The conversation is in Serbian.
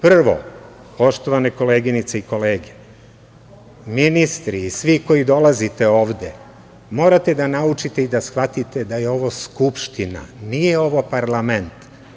Prvo, poštovane koleginice i kolege, ministri i svi koji dolazite ovde, morate da naučite i da shvatite da je ovo Skupština, nije ovo parlament.